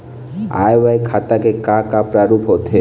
आय व्यय खाता के का का प्रारूप होथे?